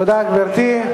תודה, גברתי.